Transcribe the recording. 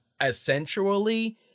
essentially